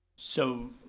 so,